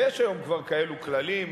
ויש היום כבר כאלו כללים,